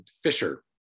Fisher